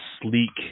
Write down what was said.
sleek